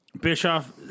Bischoff